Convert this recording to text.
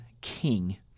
king